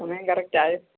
സമയം കറക്റ്റ് ആയോ